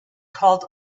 called